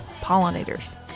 pollinators